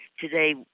Today